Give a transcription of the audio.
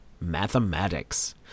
Mathematics